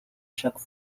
chaque